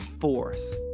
force